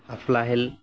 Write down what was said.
খেল